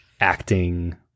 acting